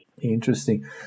Interesting